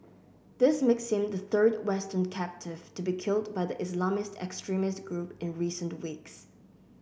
this makes him the third Western captive to be killed by the Islamist extremist group in recent weeks